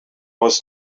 was